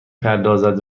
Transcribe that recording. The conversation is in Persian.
پردازد